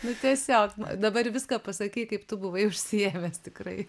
nu tiesiog va dabar viską pasakei kaip tu buvai užsiėmęs tikrai